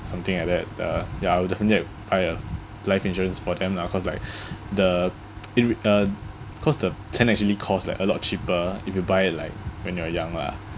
something like that uh ya I will definitely find a life insurance for them lah cause like the in uh cause the plan actually cause like a lot cheaper if you buy like when you are young lah